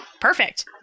Perfect